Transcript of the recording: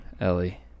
Ellie